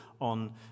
on